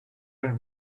been